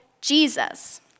Jesus